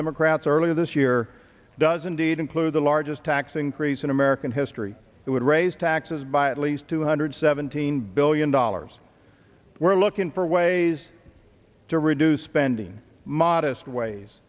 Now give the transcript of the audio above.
democrats earlier this year doesn't it include the largest tax increase in american history it would raise taxes by at least two hundred seventeen billion dollars we're looking for ways to reduce spending modest ways